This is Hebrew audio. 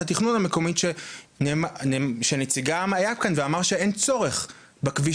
התכנון המקומית שנציגם היה כאן ואמר שאין צורך בכביש